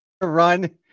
run